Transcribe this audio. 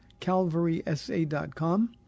calvarysa.com